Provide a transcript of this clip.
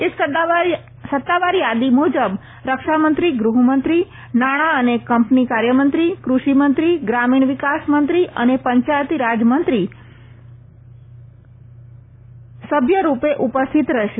એક સત્તાવાર યાદી મુજબ રક્ષામંત્રી ગ્રહમંત્રી નાણા અને કંપની કાર્યમંત્રી ક્રષિ મંત્રી ગ્રામીણ વિકાસ મંત્રી અને પંચાયતી રાજ મંત્રી એકસઓફીશીયો સભ્ય રૂપે ઉપસ્થિત રહેશે